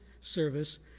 service